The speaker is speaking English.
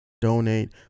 donate